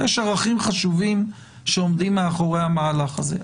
יש ערכים חשובים שעומדים מאחורי המהלך הזה.